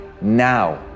now